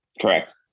Correct